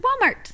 Walmart